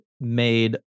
made